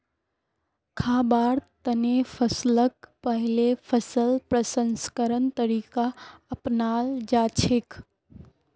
खाबार तने फसलक पहिले फसल प्रसंस्करण तरीका अपनाल जाछेक